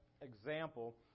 example